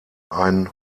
ein